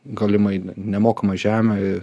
galimai nemokamą žemę